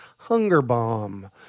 hungerbomb